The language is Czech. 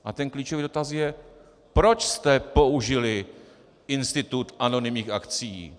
A klíčový dotaz je, proč jste použili institut anonymních akcií.